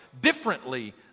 differently